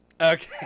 Okay